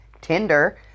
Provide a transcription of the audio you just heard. Tinder